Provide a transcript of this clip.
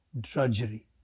drudgery